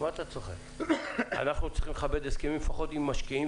אנחנו צריכים לכבד הסכמים לפחות עם משקיעים